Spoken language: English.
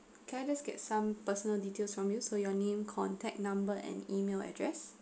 can I just get some personal details from you so your name contact number and email address